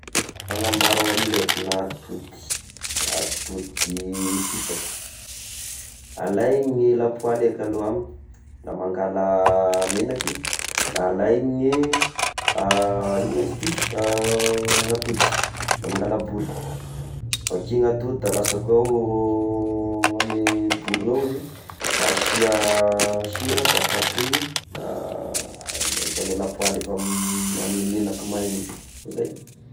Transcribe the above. Fanamboara omelette na atody, atody fisaky, alaign'ny lapoaly eka aloha ah, da mangala megnaky, alagny igno moa izy ity atody da mangala boly, vakiagna atody da alasaka ao amin'ny bolina ao izy da asia sira, da kapohigny, da ahisy amy lapoaly efa am-megnaky may io, zay.